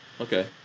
okay